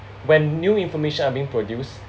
when new information are being produced